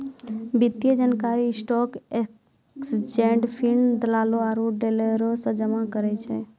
वित्तीय जानकारी stock exchange feed, दलालो आरु डीलरो से जमा करै छै